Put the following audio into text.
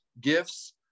gifts